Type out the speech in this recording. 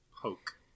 Poke